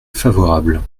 favorable